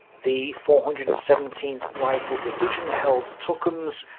the four hundred and seventeenth rifle division held tukums,